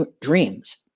dreams